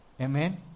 Amen